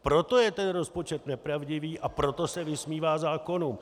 Proto je ten rozpočet nepravdivý, a proto se vysmívá zákonům.